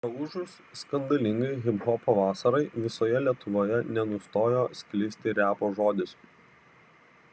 praūžus skandalingai hiphopo vasarai visoje lietuvoje nenustojo sklisti repo žodis